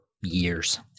years